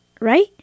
right